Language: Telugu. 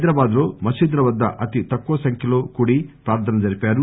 హైదరాబాద్ లో మసీదుల వద్ద అతి తక్కువ సంఖ్యలో కూడి ప్రార్దనలు జరిపారు